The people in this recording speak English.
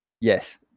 Yes